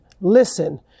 Listen